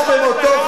הכנסתם אותו,